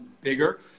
bigger